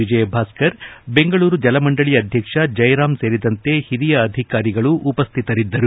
ವಿಜಯ್ ಭಾಸ್ಕರ್ ಬೆಂಗಳೂರು ಜಲಮಂಡಳಿ ಅಧ್ಯಕ್ಷ ಜಯರಾಂ ಸೇರಿದಂತೆ ಹಿರಿಯ ಅಧಿಕಾರಿಗಳು ಉಪಸ್ಥಿತರಿದ್ದರು